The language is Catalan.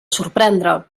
sorprendre